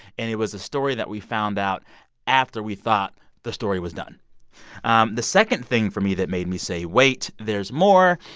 and it was a story that we found out after we thought the story was done um the second thing, for me, that made me say, wait there's more,